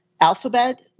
Alphabet